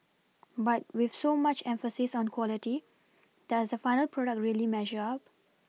but with so much emphasis on quality does the final product really measure up